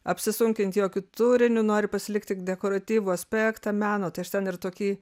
apsisunkint jokiu turiniu nori pasilikt tik dekoratyvų aspektą meno tai aš ten ir tokį